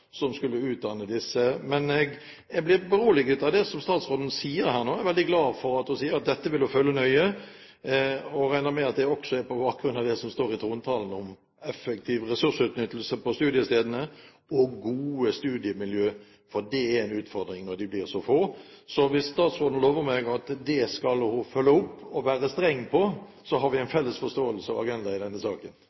som skulle utdanne disse studentene. Men jeg blir beroliget av det som statsråden sier her nå. Jeg er veldig glad for at hun sier at dette vil hun følge nøye – og regner med at det også er på bakgrunn av det som står i trontalen om effektiv ressursutnyttelse på studiestedene og gode studiemiljø, for det er en utfordring når de blir så få. Så hvis statsråden lover meg at det skal hun følge opp og være streng på, har vi en felles forståelse og agenda i denne saken.